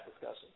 discussion